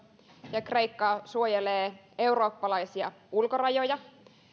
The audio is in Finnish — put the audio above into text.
ja kreikka suojelee eurooppalaisia ulkorajoja